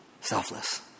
Selfless